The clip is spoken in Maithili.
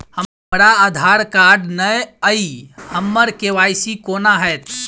हमरा आधार कार्ड नै अई हम्मर के.वाई.सी कोना हैत?